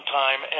time